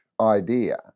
idea